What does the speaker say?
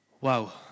Wow